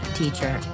teacher